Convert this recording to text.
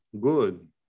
Good